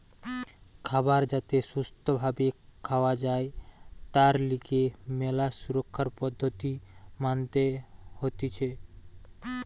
খাবার যাতে সুস্থ ভাবে খাওয়া যায় তার লিগে ম্যালা সুরক্ষার পদ্ধতি মানতে হতিছে